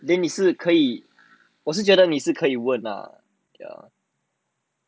then 你是可以我是觉得你是可以问 lah ya